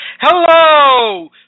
Hello